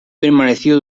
permaneció